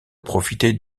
profiter